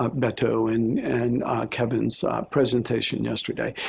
ah beto and and kevin's presentation yesterday.